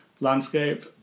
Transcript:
landscape